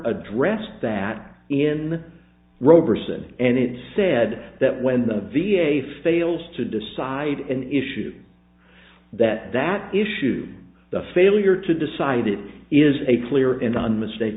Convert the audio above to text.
addressed that in roberson and it said that when the v a fails to decide an issue that that issue the failure to decide it is a clear and unmistak